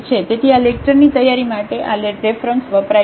તેથી આ લેક્ચરની તૈયારી માટે આ રેફરન્સ વપરાય છે